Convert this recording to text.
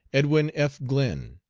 edwin f. glenn,